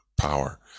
power